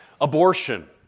Abortion